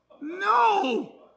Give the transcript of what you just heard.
No